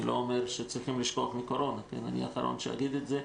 אני לא אומר שצריכים לשכוח מקורונה אני האחרון שאגיד את זה.